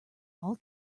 all